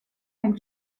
and